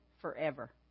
forever